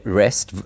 rest